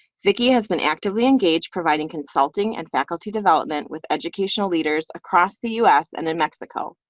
vicki has been actively engaged providing consulting and faculty development with educational leaders across the u s. and in mexico.